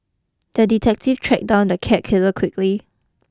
the detective tracked down the cat killer quickly